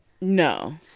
No